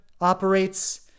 operates